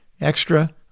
extra